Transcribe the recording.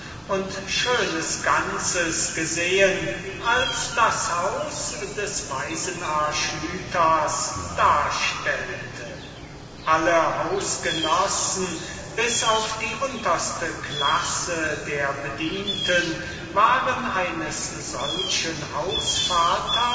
und schönes ganzes gesehen als das haus des weisen archytas darstellte alle hausgenossen bis auf die unterste klasse der bedienten waren eines solchen